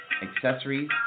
accessories